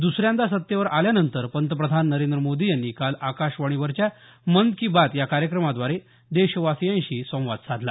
दुसऱ्यांदा सत्तेवर आल्यानंतर पंतप्रधान नरेंद्र मोदी यांनी काल आकाशवाणीवरच्या मन की बात या कार्यक्रमाद्वारे देशवासियांशी संवाद साधला